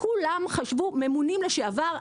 ממונים לשעבר,